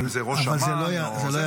אם זה ראש אמ"ן --- אבל לדבריך,